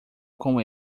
com